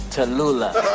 Tallulah